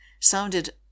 sounded